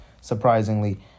surprisingly